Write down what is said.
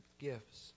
gifts